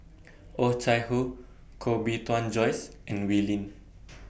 Oh Chai Hoo Koh Bee Tuan Joyce and Wee Lin